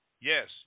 Yes